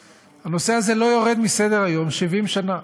הנושא הזה לא יורד מסדר-היום 70 שנה.